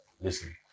listen